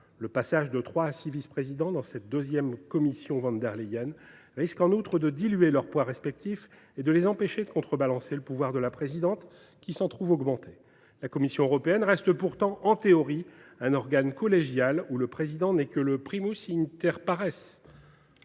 Le passage de trois à six vice présidents dans cette deuxième Commission von der Leyen risque en outre de diluer leur poids respectif et de les empêcher de contrebalancer le pouvoir de la présidente, qui s’en trouve augmenté. La Commission européenne reste pourtant, en théorie, un organe collégial, dont le président n’est que le. Mais le